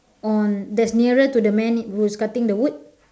on that's nearer to the man who's cutting the wood